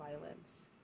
violence